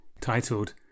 titled